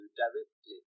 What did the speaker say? directly